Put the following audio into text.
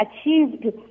achieved